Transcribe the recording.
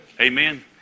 Amen